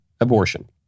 abortion